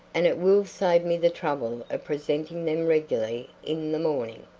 and it will save me the trouble of presenting them regularly in the morning.